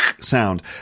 sound